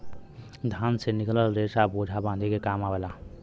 धान से निकलल रेसा बोझा बांधे के काम आवला